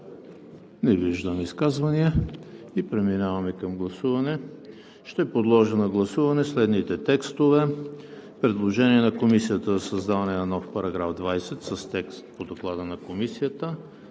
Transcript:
Не виждам. Преминаваме към гласуване. Подлагам на гласуване следните текстове: предложението на Комисията за създаване на нов § 20 с текст по Доклада на Комисията;